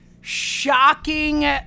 shocking